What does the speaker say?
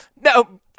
no